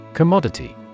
Commodity